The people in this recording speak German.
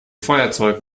feuerzeug